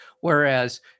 whereas